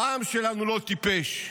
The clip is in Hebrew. העם שלנו לא טיפש,